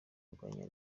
urwanya